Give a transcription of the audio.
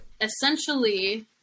essentially